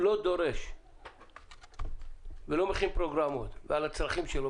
לא דורש ולא מכין פרוגרמות על הצרכים שלו